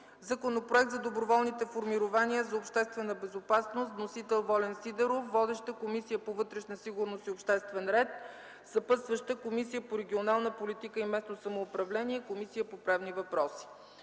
Законопроект за доброволните формирования за обществена безопасност. Вносител – Волен Сидеров. Водеща е Комисията по вътрешна сигурност и обществен ред. Съпътстваща е Комисията по регионална политика и местно самоуправление и Комисията по правни въпроси.